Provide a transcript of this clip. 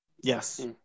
Yes